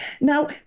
Now